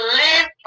live